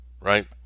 right